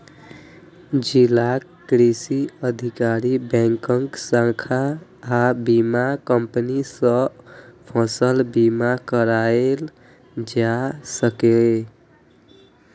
जिलाक कृषि अधिकारी, बैंकक शाखा आ बीमा कंपनी सं फसल बीमा कराएल जा सकैए